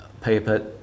paper